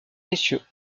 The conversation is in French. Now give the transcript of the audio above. messieurs